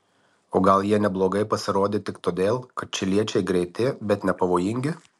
o gal jie neblogai pasirodė tik todėl kad čiliečiai greiti bet nepavojingi